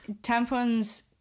tampons